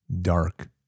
dark